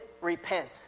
repent